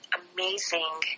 amazing